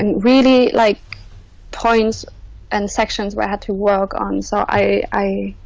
and really like points and sections where i had to work on so i